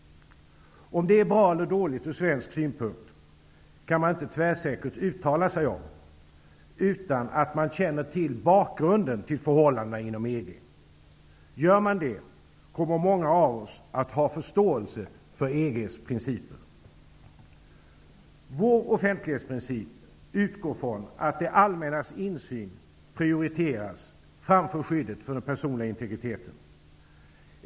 Om detta är bra eller dåligt ur svensk synpunkt kan man inte tvärsäkert uttala sig om utan att känna till bakgrunden till förhållandena inom EG. Gör vi det, kommer många av oss att ha förståelse för EG:s principer. Vår offentlighetsprincip utgår från att det allmännas insyn prioriteras framför skyddet för den personliga integriteten.